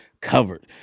covered